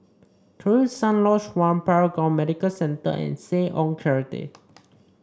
Terusan Lodge One Paragon Medical Center and Seh Ong Charity